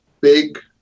big